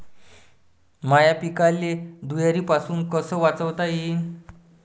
माह्या पिकाले धुयारीपासुन कस वाचवता येईन?